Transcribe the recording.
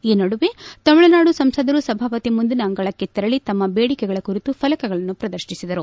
ಈ ನಡುವೆ ತಮಿಳುನಾಡು ಸಂಸದರು ಸಭಾಪತಿ ಮುಂದಿನ ಅಂಗಳಕ್ಕೆ ತೆರಳಿ ತಮ್ನ ಬೇಡಿಕೆಗಳ ಕುರಿತು ಫಲಕಗಳನ್ನು ಪ್ರದರ್ಶಿಸಿದರು